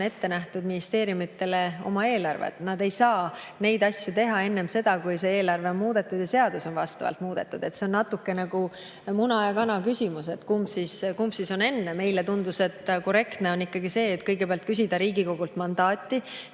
ette nähtud oma eelarve. Nad ei saa neid asju teha enne, kui see eelarve on muudetud ja seadus on vastavalt muudetud. See on natuke nagu muna ja kana küsimus, et kumb on enne. Meile tundus, et korrektne on ikkagi kõigepealt küsida Riigikogult mandaati,